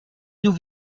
nous